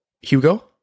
Hugo